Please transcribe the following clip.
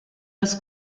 das